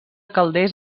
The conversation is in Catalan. calders